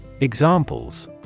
Examples